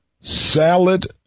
Salad